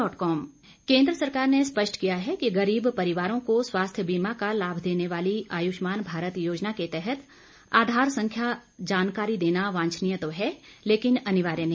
आयुष्मान आधार केन्द्र सरकार ने स्पष्ट किया है कि गरीब परिवारों को स्वास्थ्य बीमा का लाभ देने वाली आयुष्मान भारत योजना के तहत आधार संख्या जानकारी देना वांछनीय तो है लेकिन अनिवार्य नहीं